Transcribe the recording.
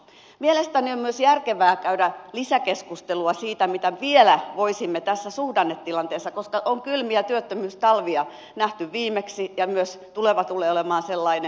mielestäni on myös järkevää käydä lisäkeskustelua siitä mitä vielä voisimme tässä suhdannetilanteessa tehdä koska on kylmiä työttömyystalvia nähty viimeksi ja myös tuleva tulee olemaan sellainen